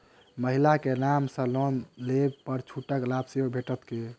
महिला केँ नाम सँ लोन लेबऽ पर छुटक लाभ सेहो भेटत की?